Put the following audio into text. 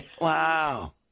Wow